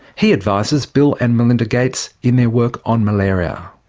he advises bill and melinda gates in their work on malaria.